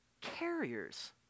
carriers